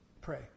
pray